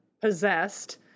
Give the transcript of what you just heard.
possessed